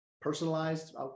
personalized